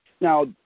Now